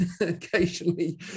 occasionally